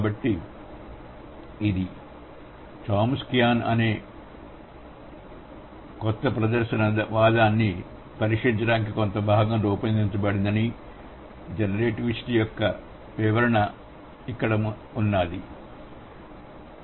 కాబట్టి ఇది చోమ్స్కియాన్ కొత్త ప్రదర్శన వాదాన్ని పరీక్షించడానికి కొంత భాగం రూపొందించబడిందని జనరేటివిస్ట్ యొక్కవివరణ విధానంవెర్షన్